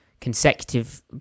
Consecutive